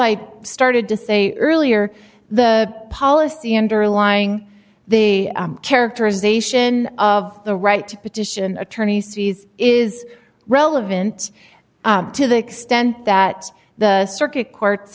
i started to say earlier the policy underlying the characterization of the right to petition attorney's fees is relevant to the extent that the circuit courts